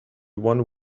one